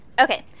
Okay